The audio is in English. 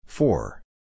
Four